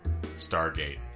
Stargate